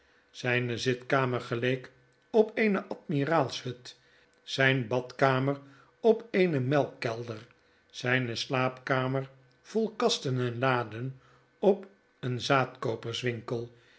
zijne zitkamer geleek op eene admiraalshut zijn badkamer op eene melkkelder zijne slaapkamer vol kasten en laden op een zaadkooperswinkels